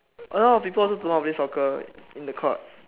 a lot of people also don't know how to play soccer in the court